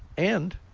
and